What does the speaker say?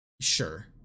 Sure